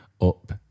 up